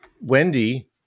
Wendy